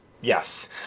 Yes